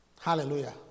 Hallelujah